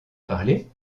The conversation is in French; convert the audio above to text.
parler